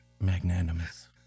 Magnanimous